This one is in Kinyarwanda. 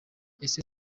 ese